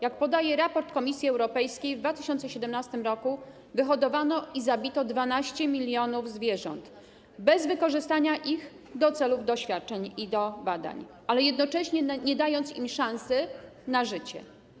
Jak podaje raport Komisji Europejskiej, w 2017 r. wyhodowano i zabito 12 mln zwierząt, bez wykorzystania ich do celów doświadczeń i do badań, ale jednocześnie nie dając im szansy na życie.